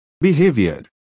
behavior